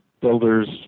builders